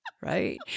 right